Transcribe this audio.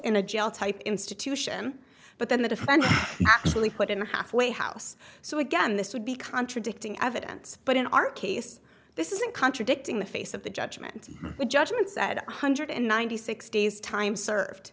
in a g l type institution but then the defendant actually put in a halfway house so again this would be contradicting evidence but in our case this isn't contradicting the face of the judgement judgment said one hundred ninety six days time served